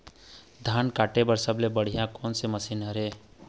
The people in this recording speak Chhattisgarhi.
धान काटे बर सबले बढ़िया कोन से मशीन हे?